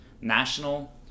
national